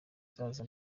azaza